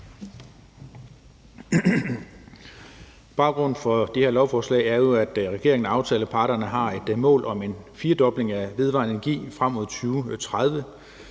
Baggrunden for det her lovforslag er jo, at regeringen og aftaleparterne har et mål om en firdobling af vedvarende energi frem mod 2030